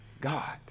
God